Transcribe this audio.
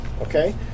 okay